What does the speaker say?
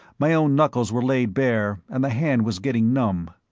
my own knuckles were laid bare and the hand was getting numb.